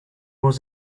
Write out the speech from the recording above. was